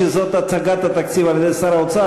שזאת הצגת התקציב על-ידי שר האוצר.